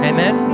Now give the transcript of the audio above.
Amen